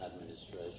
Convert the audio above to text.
administration